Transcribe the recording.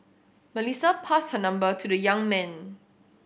Melissa passed her number to the young man